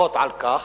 חותכות על כך,